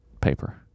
paper